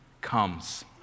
comes